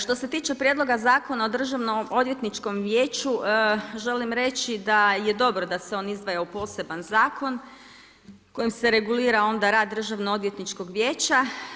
Što se tiče Prijedloga zakona o državno-odvjetničkom vijeću, želim reći da je dobro da se on izdvaja u poseban zakon kojim se regulira onda rad državno-odvjetničkog vijeća.